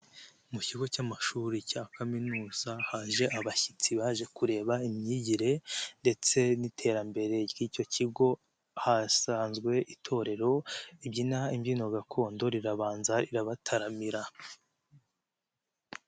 Mu kigo cy'amashuri cya Kaminuza haje abashyitsi, baje kureba imyigire ndetse n'iterambere ry'icyo kigo, hasanzwe itorero ribyina imbyino gakondo rirabanza rirabataramira.